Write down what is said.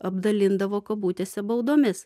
apdalindavo kabutėse baudomis